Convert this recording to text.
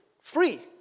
free